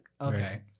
Okay